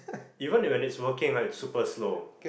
even when it's working right it's super slow